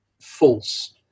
false